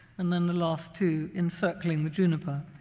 and then the last two encircling the juniper.